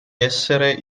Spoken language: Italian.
essere